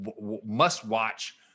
must-watch